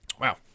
Wow